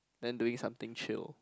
then doing something chill